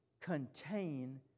contain